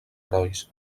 herois